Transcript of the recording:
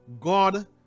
god